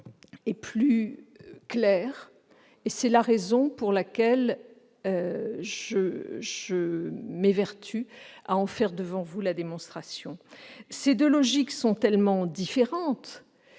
et plus claire, ... Non !... raison pour laquelle je m'évertue à en faire devant vous la démonstration. Ces deux logiques sont tellement différentes